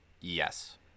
Yes